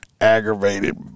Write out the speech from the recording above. aggravated